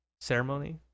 ceremony